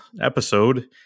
episode